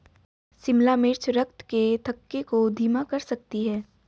शिमला मिर्च रक्त के थक्के को धीमा कर सकती है